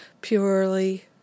purely